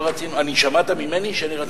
שמעת ממני שאני רציתי?